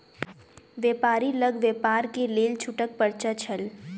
व्यापारी लग व्यापार के लेल छूटक पर्चा छल